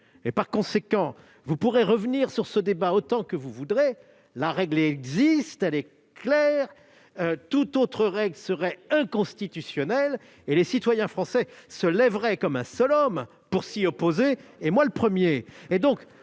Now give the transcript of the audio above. ! Par conséquent, vous pourrez revenir sur ce débat autant que vous le voudrez, la règle existe et elle est claire. Toute autre règle serait inconstitutionnelle et les citoyens français, moi le premier, se lèveraient comme un seul homme pour s'y opposer. Permettez-moi